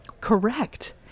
Correct